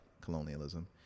colonialism